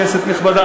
כנסת נכבדה,